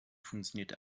funktioniert